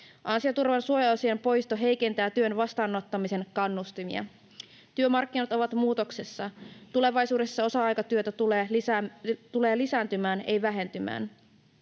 Ansioturvan suojaosien poisto heikentää työn vastaanottamisen kannustimia. Työmarkkinat ovat muutoksessa. Tulevaisuudessa osa-aikatyö tulee lisääntymään, ei vähentymään.